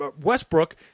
Westbrook